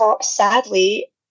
sadly